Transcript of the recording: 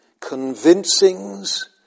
convincings